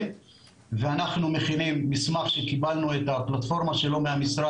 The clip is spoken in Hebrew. על סמך הפעילות הזו.